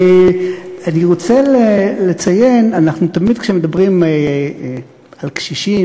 אני רוצה לציין שתמיד כשמדברים על קשישים,